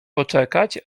poczekać